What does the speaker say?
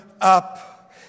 up